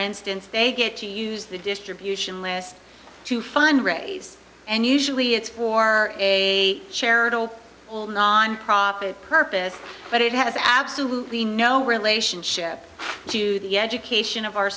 instance they get to use the distribution list to find raves and usually it's for a charitable well nonprofit purpose but it has absolutely no relationship to the education of our